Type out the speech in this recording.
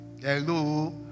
Hello